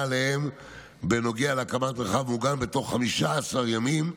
אליהם בנוגע להקמת מרחב מוגן בתוך 15 ימים.